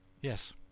Yes